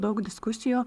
daug diskusijų